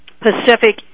Pacific